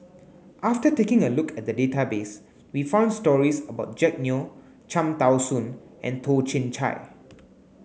after taking a look at the database we found stories about Jack Neo Cham Tao Soon and Toh Chin Chye